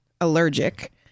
Allergic